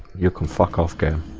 you can forecasting a